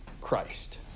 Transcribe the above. Christ